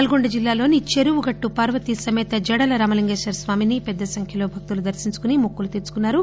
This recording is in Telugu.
నల్గొండ జిల్లాలోని చెరువుగట్టు పార్వతీసమేత జడల రామలింగేశ్వరస్వామిని పెద్ద సంఖ్యలో భక్తులు దర్శించుకుని మొక్కులు తీర్చుకున్నారు